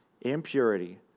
impurity